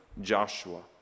Joshua